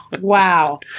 wow